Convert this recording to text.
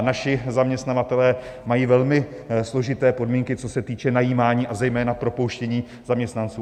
Naši zaměstnavatelé mají velmi složité podmínky, co se týče najímání, a zejména propouštění zaměstnanců.